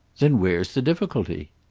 then where's the difficulty?